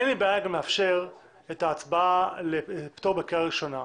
אין לי בעיה לאפשר את ההצבעה על פטור בקריאה ראשונה,